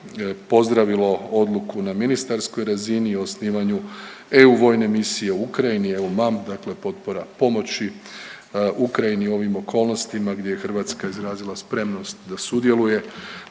pozdravilo odluku na ministarskoj razini o osnivanju EU vojne misije u Ukrajini EUMAM dakle potpora pomoći Ukrajini u ovim okolnostima gdje je Hrvatska izrazila spremnost da sudjeluje.